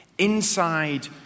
Inside